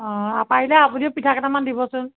অ পাৰিলে আপুনিও পিঠা কেইটামান দিবচোন